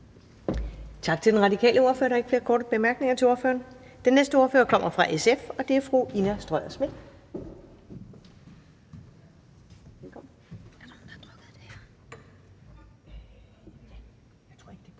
Tak til den radikale ordfører. Der er ikke flere korte bemærkninger til ordføreren. Den næste ordfører kommer fra SF, og det er fru Ina Strøjer-Schmidt.